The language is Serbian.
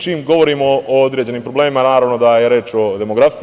Čim govorimo o određenim problemima, naravno da je reč o demografiji.